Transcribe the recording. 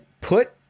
put